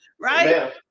right